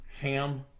ham